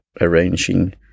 arranging